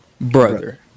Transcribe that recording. Brother